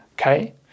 okay